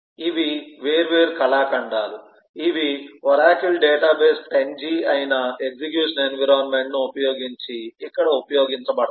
ఇవి వేర్వేరు కళాఖండాలు ఇవి ఒరాకిల్ డేటాబేస్ 10g అయిన ఎగ్జిక్యూషన్ ఎన్విరాన్మెంట్ ను ఉపయోగించి ఇక్కడ ఉపయోగించబడతాయి